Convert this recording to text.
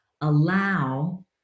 allow